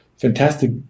fantastic